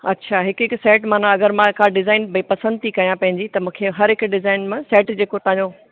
अच्छा हिकु हिकु सैट माना अगरि मां का डिजाइन भई पसंदि थी कयां पंहिंजी त मूंखे हरहिक डिजाइन मां सैट जेको तव्हांजो